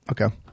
Okay